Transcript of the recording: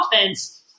offense